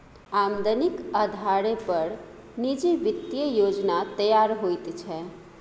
आमदनीक अधारे पर निजी वित्तीय योजना तैयार होइत छै